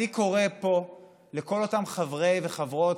אני קורא פה לכל אותם חברי וחברות